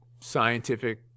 scientific